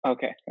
Okay